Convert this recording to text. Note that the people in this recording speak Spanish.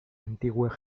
antiguo